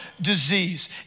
disease